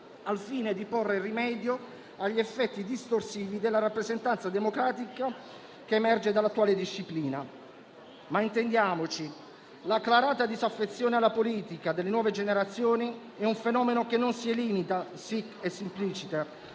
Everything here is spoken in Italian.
al fine di porre rimedio agli effetti distorsivi della rappresentanza democratica che emerge dall'attuale disciplina. Intendiamoci, però: l'acclarata disaffezione alla politica delle nuove generazioni è un fenomeno che non si elimina *sic et simpliciter*,